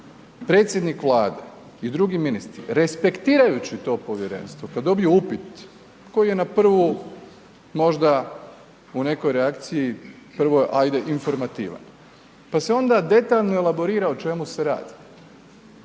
predsjednik Vlade i drugi ministri respektirajući to povjerenstvo, kada dobiju upit koji je na prvu možda u nekoj reakciji, prvo ajde informativan, pa se onda detaljno elaborira o čemu se radi,